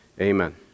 Amen